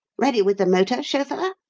ready with the motor, chauffeur?